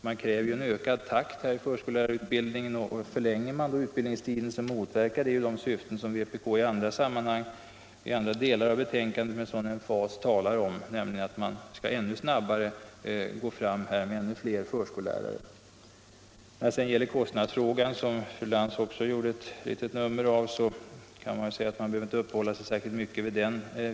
Man kräver ökad takt i förskollärarutbildningen, och förlänger man då utbildningstiden så motverkar det de syften som vpk driver med sådan emfas i andra delar av betänkandet, nämligen att man skall gå fram ännu snabbare och utbilda ännu fler förskollärare. Kostnadsfrågan, som fru Lantz också gjorde ett nummer av, behöver man inte uppehålla sig särskilt mycket vid.